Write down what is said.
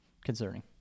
concerning